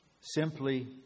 simply